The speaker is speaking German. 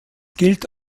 gilt